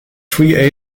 free